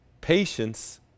Patience